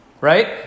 Right